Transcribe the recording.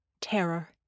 Terror